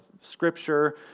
Scripture